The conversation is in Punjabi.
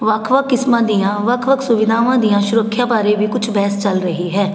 ਵੱਖ ਵੱਖ ਕਿਸਮਾਂ ਦੀਆਂ ਵੱਖ ਵੱਖ ਸੁਵਿਧਾਵਾਂ ਦੀਆਂ ਸੁਰੱਖਿਆ ਬਾਰੇ ਵੀ ਕੁਛ ਬਹਿਸ ਚੱਲ ਰਹੀ ਹੈ